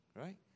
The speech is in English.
Right